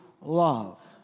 love